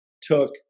took